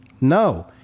no